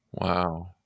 Wow